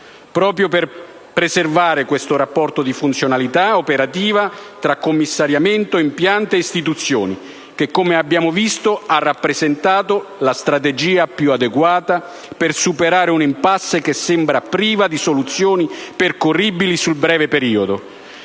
proprio per preservare questo rapporto di funzionalità operativa tra commissariamento, impianto e istituzioni, che - come abbiamo visto - ha rappresentato la strategia più adeguata per superare un'*impasse* che sembrava priva di soluzioni percorribili sul breve periodo.